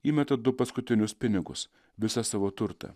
įmeta du paskutinius pinigus visą savo turtą